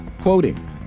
quoting